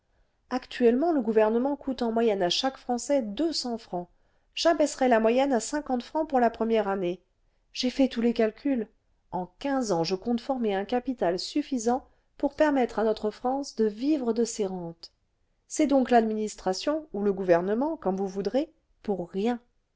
actuellement le gouvernement coûte en moyenne à chaque français deux cents francs j'abaisserai la moyenne à cinquante francs pour la première année j'ai fait tous les calculs en quinze ans je compte former un capital suffisant pour permettre à notre france de vivre de ses rentes c'est donc l'administration ou le gouvernement comme vous voudrez pour rien